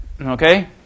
Okay